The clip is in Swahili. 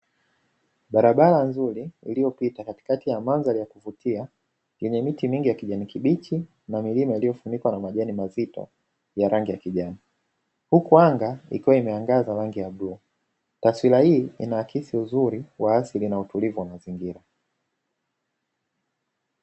Barabara nzuri iliyopita katikati ya mandhari ya kuvutia yenye miti mingi ya kijani kibichi na milima iliyofunikwa na majani mazito ya rangi ya kijani, huku anga ikiwa imeangaza rangi ya bluu, taswira hii inaakisi uzuri wa asili na utulivu wa mazingira.